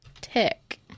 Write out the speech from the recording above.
Tech